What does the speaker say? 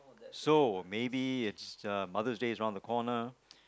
so maybe it's uh Mother's Day around the corner